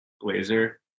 blazer